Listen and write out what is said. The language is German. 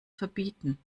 verbieten